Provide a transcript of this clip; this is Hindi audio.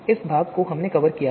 तो इस भाग को हमने कवर किया था